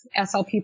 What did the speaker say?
SLP